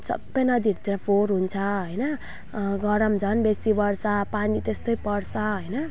सबै नदीहरूतिर फोहोर हुन्छ होइन गरम झन् बेसी बढ्छ पानी त्यस्तै पर्छ होइन